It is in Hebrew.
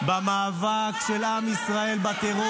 ראש המפלגה שלך תומך טרור,